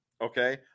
okay